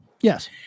Yes